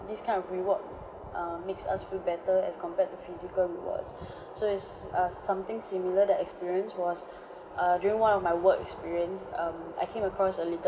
this kind of reward err makes us feel better as compared to physical rewards so it's uh something similar that experience was err during one of my work experience um I came across a little